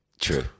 True